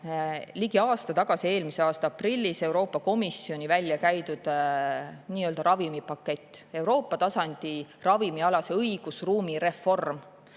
ligi aasta tagasi, eelmise aasta aprillis Euroopa Komisjoni väljakäidud nii-öelda ravimipakett, Euroopa tasandi ravimialase õigusruumi reform,